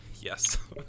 Yes